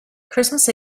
christmas